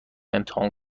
امتحان